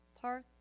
park